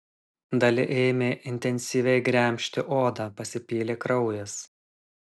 dali ėmė intensyviai gremžti odą pasipylė kraujas